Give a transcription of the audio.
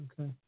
Okay